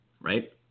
right